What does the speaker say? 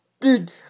dude